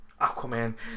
aquaman